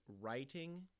writing